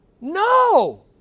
No